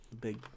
Big